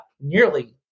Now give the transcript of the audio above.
nearly